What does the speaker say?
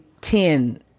ten